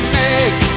make